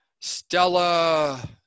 Stella